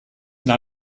not